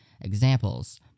Examples